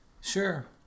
Sure